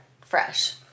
fresh